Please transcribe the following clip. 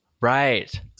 right